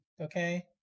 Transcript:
okay